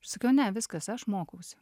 sakiau ne viskas aš mokausi